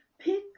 pick